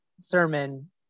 sermon